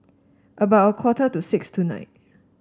about a quarter to six tonight